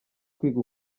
kwiga